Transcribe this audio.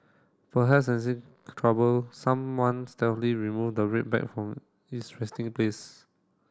perhaps sensing trouble someone stealthily remove the red bag from its resting place